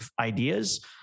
ideas